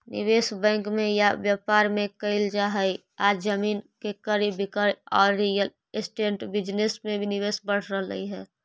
निवेश बैंक में या व्यापार में कईल जा हई आज जमीन के क्रय विक्रय औउर रियल एस्टेट बिजनेस में निवेश बढ़ रहल हई